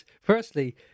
firstly